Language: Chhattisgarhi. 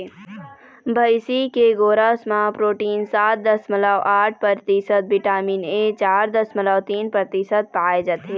भइसी के गोरस म प्रोटीन सात दसमलव आठ परतिसत, बिटामिन ए चार दसमलव तीन परतिसत पाए जाथे